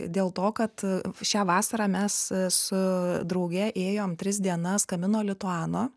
dėl to kad šią vasarą mes su drauge ėjom tris dienas kamino lituano